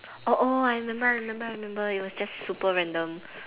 oh oh I remember I remember I remember it was just super random